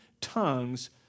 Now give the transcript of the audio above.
tongues